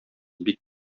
бик